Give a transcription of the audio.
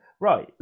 Right